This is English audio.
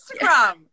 Instagram